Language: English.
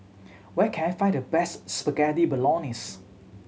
where can I find the best Spaghetti Bolognese